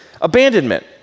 abandonment